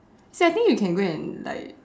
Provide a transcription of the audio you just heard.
so I think you can go and like